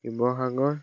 Sivasagar